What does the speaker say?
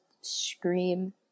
scream